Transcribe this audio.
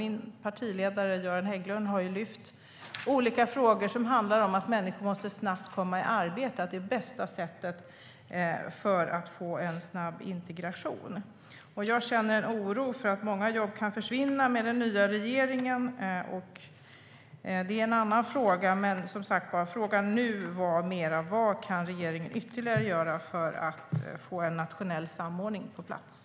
Min partiledare Göran Hägglund har lyft upp olika frågor som handlar om att människor snabbt måste komma i arbete och att det är det bästa sättet att få en snabb integration. Jag känner en oro för att många jobb kan försvinna med den nya regeringen, men det är en annan fråga. Frågan nu var som sagt: Vad kan regeringen ytterligare göra för att få en nationell samordning på plats?